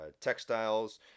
textiles